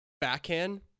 Backhand